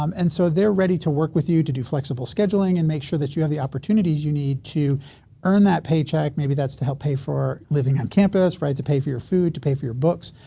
um and so, they're ready to work with you to do flexible scheduling and make sure that you have the opportunities you need to earn that paycheck. maybe that's to help pay for living on campus right, to pay for your food, to pay for your books,